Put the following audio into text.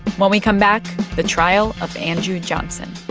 when we come back, the trial of andrew johnson